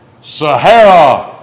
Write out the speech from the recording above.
Sahara